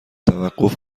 توقف